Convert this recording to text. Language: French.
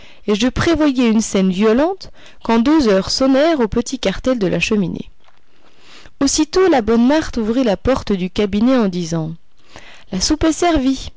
et je prévoyais une scène violente quand deux heures sonnèrent au petit cartel de la cheminée aussitôt la bonne marthe ouvrit la porte du cabinet en disant la soupe est servie